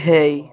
Hey